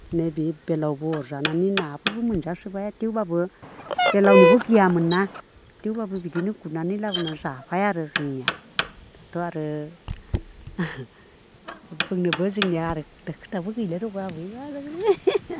नै बे बेलावबो अरजानानै नाफोरबो मोनजासोबाय थेवब्लाबो बेलावनिबो गियामोनना थेवब्लाबो बिदिनो गुरनानैब्लाबो जाबाय आरो जोंनिया थ' आरो बुंनोबो जोंनिया आरो खोथाबो गैलिया आरो